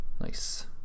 nice